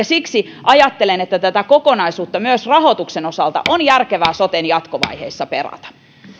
siksi ajattelen että tätä kokonaisuutta myös rahoituksen osalta on järkevää soten jatkovaiheessa perata